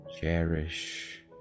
cherish